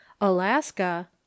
Alaska